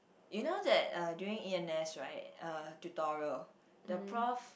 you know that uh during E_N_S right uh tutorial the prof